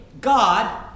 God